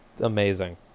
amazing